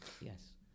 Yes